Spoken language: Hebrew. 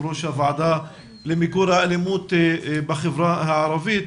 ראש הוועדה למיגור האלימות בחברה הערבית.